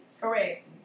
Correct